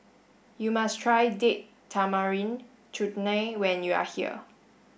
you must try Date Tamarind Chutney when you are here